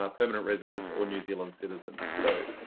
um permanent residents or new zealand citizens. so